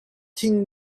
thing